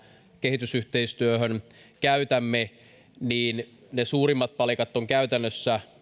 kehitysyhteistyöhön käytämme suurimmat palikat ovat käytännössä